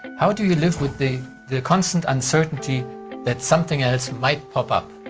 how do you live with the the constant uncertainty that something else might pop up?